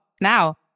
Now